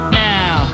now